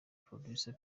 producer